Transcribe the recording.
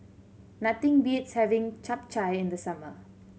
nothing beats having Chap Chai in the summer